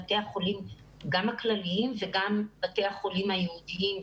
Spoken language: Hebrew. גם בבתי החולים הכלליים וגם בתי החולים הייעודיים,